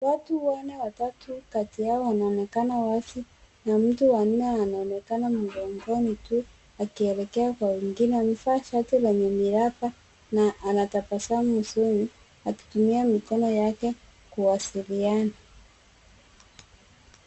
Watu wanne, watatu kati yao wanaonekana wazi na mtu wa nne anaonekana mgongoni tu akielekea kwa wengine. Amevaa shati lenye miraba na anatabasamu usoni akitumia mikono yake kuwasiliana.